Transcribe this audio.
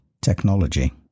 technology